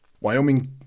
Wyoming